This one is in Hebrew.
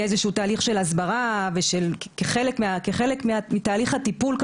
שיהיה איזשהו תהליך של הסברה כחלק מתהליך הטיפול.